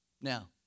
Now